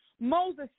Moses